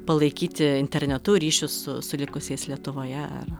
palaikyti internetu ryšius su su likusiais lietuvoje ar